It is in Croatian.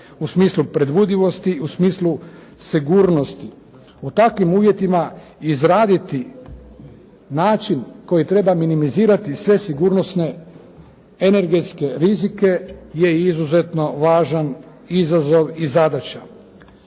u smislu predvidivosti u smislu sigurnosti. U takvim uvjetima izraditi način koji treba minimizirati sve sigurnosne i energetske rizike je izuzetno važan izazov i zadaća.